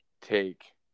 take